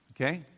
Okay